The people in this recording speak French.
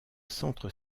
centre